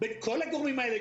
בין כל הגורמים האלה,